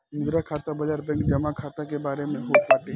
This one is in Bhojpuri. मुद्रा खाता बाजार बैंक जमा खाता के बारे में होत बाटे